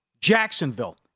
Jacksonville